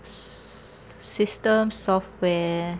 s~ system software